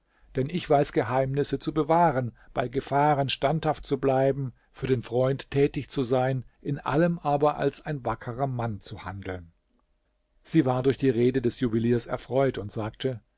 denn ich weiß geheimnisse zu bewahren bei gefahren standhaft zu bleiben für den freund tätig zu sein in allem aber als ein wackerer mann zu handeln sie war durch die rede des juweliers erfreut und sagte